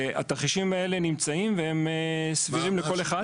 והתרחישים האלה נמצאים והם סבירים לכל אחד.